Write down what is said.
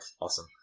Awesome